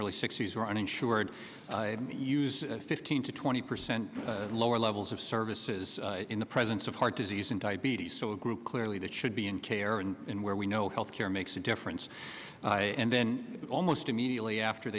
early sixty's were uninsured fifteen to twenty percent lower levels of services in the presence of heart disease and diabetes so a group clearly that should be in care and where we know health care makes a difference and then almost immediately after